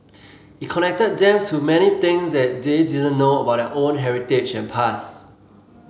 it connected them to many things that they didn't know about their own heritage and past